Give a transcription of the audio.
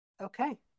Okay